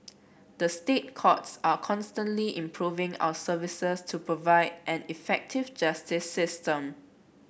the State Courts are constantly improving our services to provide an effective justice system